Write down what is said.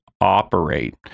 operate